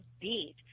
beat